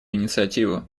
инициативу